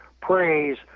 praise